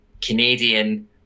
Canadian